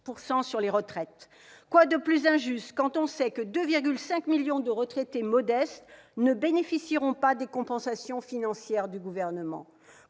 sur les retraites ? Quoi de plus injuste quand on sait que 2,5 millions de retraités modestes ne bénéficieront pas des compensations financières du Gouvernement ?